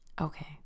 Okay